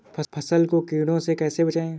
फसल को कीड़े से कैसे बचाएँ?